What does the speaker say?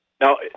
Now